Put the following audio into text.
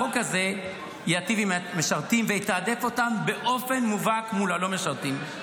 החוק הזה יטיב עם המשרתים ויתעדף אותם באופן מובהק מול הלא-משרתים,